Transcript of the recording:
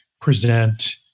present